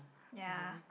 ya